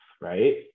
right